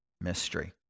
mystery